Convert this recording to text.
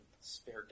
spare